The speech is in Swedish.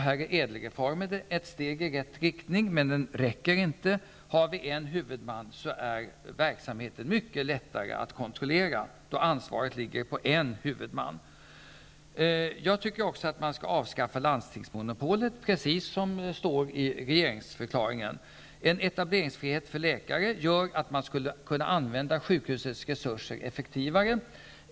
Här är ÄDEL-reformen ett steg i rätt riktning, men den räcker inte. Om vi har en huvudman är verksamheten mycket lättare att kontrollera. Då ligger ansvaret på en huvudman. Jag tycker också att vi skall avskaffa landstingsmonopolet, precis som det står i regeringsförklaringen. En etableringsfrihet för läkare gör att vi skulle kunna använda sjukhusets resurser effektivare.